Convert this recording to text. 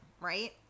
right